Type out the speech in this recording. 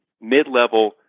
mid-level